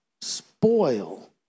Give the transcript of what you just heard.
spoil